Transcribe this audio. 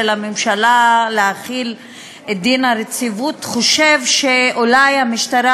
הממשלה להחיל את דין הרציפות חושב שאולי המשטרה,